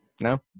No